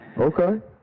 Okay